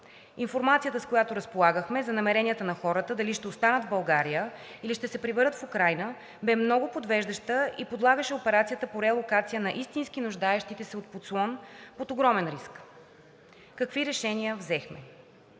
информацията, с която разполагахме за намеренията на хората, дали ще останат в България, или ще се приберат в Украйна, бе много подвеждаща и подлагаше операцията по релокация на истински нуждаещите се от подслон под огромен риск. Какви решения взехме?